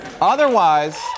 Otherwise